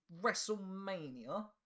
WrestleMania